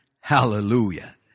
Hallelujah